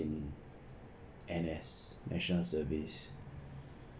N_S national service